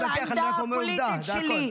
אני לא מתווכח, אני רק אומר עובדה, זה הכול.